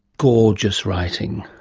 gorgeous writing.